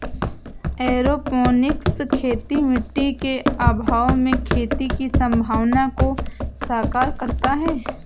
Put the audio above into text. aeroponics खेती मिट्टी के अभाव में खेती की संभावना को साकार करता है